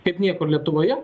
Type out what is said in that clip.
kaip niekur lietuvoje